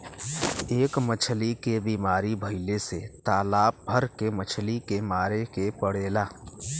एक मछली के बीमारी भइले से तालाब भर के मछली के मारे के पड़ेला